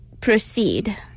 proceed